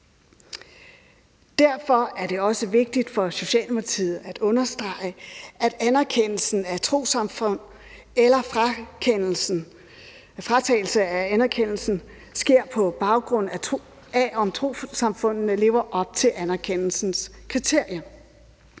Derfor er det også vigtigt for Socialdemokratiet at understrege, at anerkendelse af et trossamfund eller fratagelse af en anerkendelse sker, på baggrund af om trossamfundet lever op til anerkendelsens kriterier.